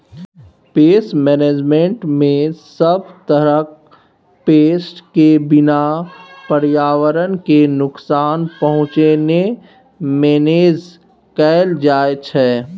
pest मेनेजमेन्टमे सब तरहक पेस्ट केँ बिना पर्यावरण केँ नुकसान पहुँचेने मेनेज कएल जाइत छै